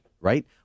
right